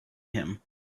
him